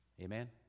Amen